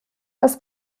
das